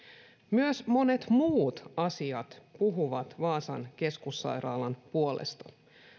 myös monet muut asiat puhuvat vaasan keskussairaalan puolesta